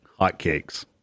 hotcakes